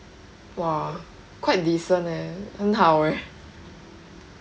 !wah! quite decent eh 很好 eh